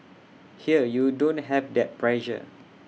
here you don't have that pressure